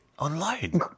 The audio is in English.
Online